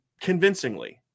convincingly